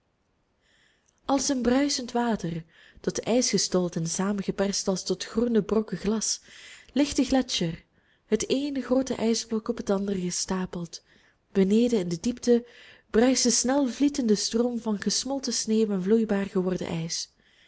als een bruisend water tot ijs gestold en samengeperst als tot groene brokken glas ligt de gletscher het eene groote ijsblok op het andere gestapeld beneden in de diepte bruist de snelvlietende stroom van gesmolten sneeuw en vloeibaar geworden ijs